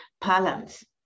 balance